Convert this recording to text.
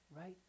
Right